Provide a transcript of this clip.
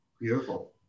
Beautiful